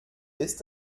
ist